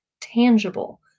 tangible